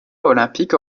olympique